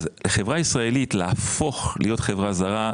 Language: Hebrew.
חברה ישראלית להפוך להיות חברה זרה,